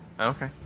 Okay